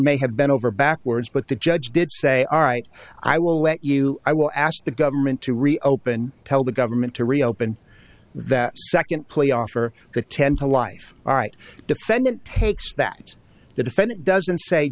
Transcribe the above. may have bent over backwards but the judge did say aright i will let you i will ask the government to reopen tell the government to reopen that second playoff for the ten to life all right defendant takes that the defendant doesn't say